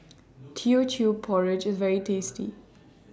Teochew Porridge IS very tasty